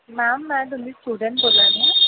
ma'am में तुं'दी student बोला नी आं